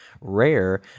Rare